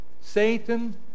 Satan